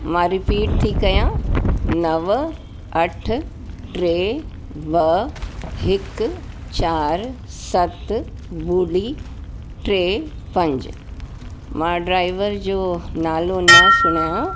मां रिपीट थी कयां नव अठ टे ॿ हिकु चारि सत ॿुड़ी टे पंज मां ड्राइवर जो नालो ना सुञाणा